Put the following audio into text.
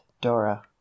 dora